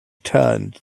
turned